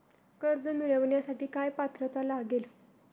कर्ज मिळवण्यासाठी काय पात्रता लागेल?